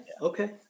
okay